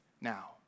now